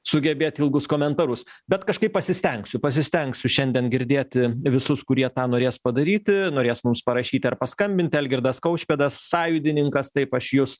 sugebėt ilgus komentarus bet kažkaip pasistengsiu pasistengsiu šiandien girdėti visus kurie tą norės padaryti norės mums parašyti ar paskambinti algirdas kaušpėdas sąjūdininkas taip aš jus